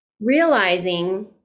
realizing